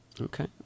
Okay